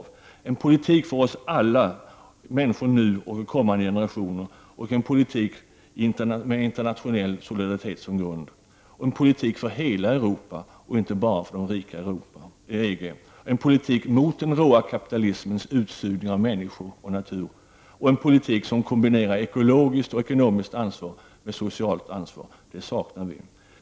Vi måste ha en politik för oss alla, nu och för kommande generationer. Vi måste ha en politik med en internationell solidaritet som grund, en politik för hela Europa och inte bara för EG, den rika delen av Europa. Vi måste ha en politik mot den råa kapitalismens utsugning av människor och natur, en politik som kombinerar ekologiskt och ekonomiskt ansvar med socialt ansvar. En sådan politik saknar vi.